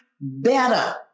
better